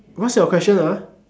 what's your question ah